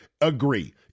agree